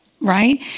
right